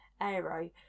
Aero